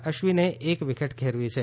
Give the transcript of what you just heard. અશ્વિને એક વિકેટ ખેરવી છે